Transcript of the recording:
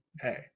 Hey